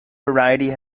variety